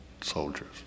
soldiers